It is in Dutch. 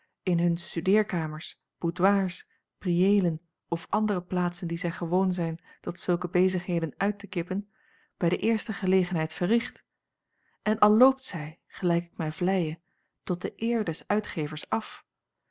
in hun studeerkamers boudoirs priëelen of andere plaatsen die zij gewoon zijn tot zulke bezigheden uit te kippen bij de eerste gelegenheid verricht en al loopt zij gelijk ik mij vleie tot de eer des uitgevers af